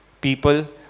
people